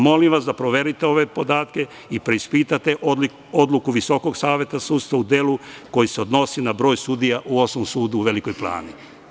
Molim vas da proverite ove podatke i preispitate odluku Visokog saveta sudstva u delu koji se odnosi na broj sudija u Osnovnom sudu u Velikoj Plani.